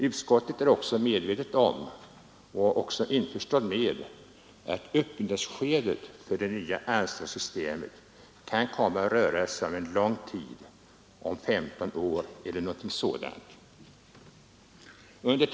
Utskottet är också medvetet om och införstått med att uppbyggnadsskedet för det nya anstaltssystemet kan komma att röra sig om en lång tid — om 15 år eller något sådant.